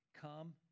come